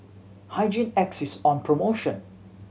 Hygin X is on promotion